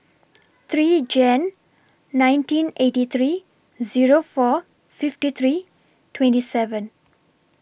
three Jan nineteen eighty three Zero four fifty three twenty seven